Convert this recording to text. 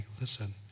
listen